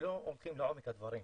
ולא הולכים לעומק הדברים.